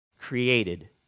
created